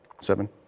Seven